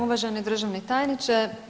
Uvaženi državni tajniče.